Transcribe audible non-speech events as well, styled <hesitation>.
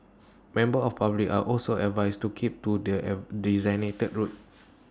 members of public are also advised to keep to the <hesitation> designated route